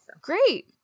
Great